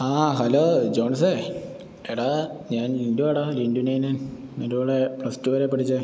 ആ ഹലോ ജോൺസേ എടാ ഞാൻ ലിൻറ്റുവാടാ ലിൻറ്റു നൈനാൻ നിന്റെ കൂടെ പ്ലസ് ടു വരെ പഠിച്ചത്